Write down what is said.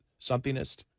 somethingist